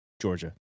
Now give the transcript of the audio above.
Georgia